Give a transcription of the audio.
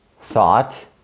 thought